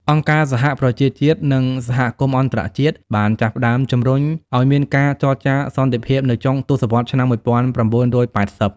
អង្គការសហប្រជាជាតិ និងសហគមន៍អន្តរជាតិបានចាប់ផ្ដើមជំរុញឱ្យមានការចរចាសន្តិភាពនៅចុងទសវត្សរ៍ឆ្នាំ១៩៨០។